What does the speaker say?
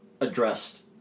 addressed